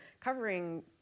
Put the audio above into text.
covering